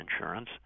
insurance